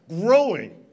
growing